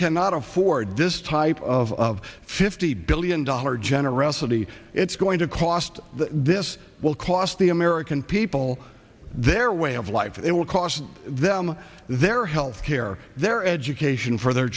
cannot afford this type of fifty billion dollar generosity it's going to cost that this will cost the american people their way of life it will cost them their health care their education for their